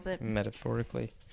metaphorically